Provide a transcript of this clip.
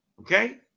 okay